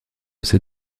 ces